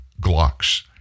Glocks